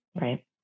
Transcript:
Right